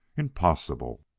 impossible!